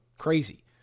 crazy